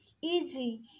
Easy